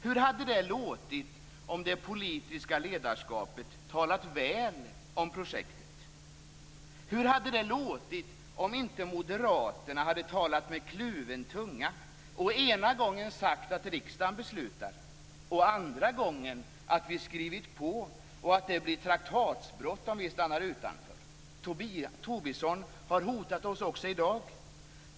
Hur hade det låtit om det politiska ledarskapet talat väl om projektet? Hur hade det låtit om Moderaterna inte hade talat med kluven tunga och ena gången sagt att riksdagen beslutar och andra gången sagt att vi har skrivit på och att det blir traktatsbrott om vi stannar utanför? Tobisson har hotat oss också i dag.